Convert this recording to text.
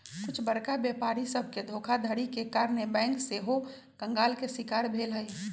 कुछ बरका व्यापारी सभके धोखाधड़ी के कारणे बैंक सेहो कंगाल के शिकार भेल हइ